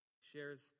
shares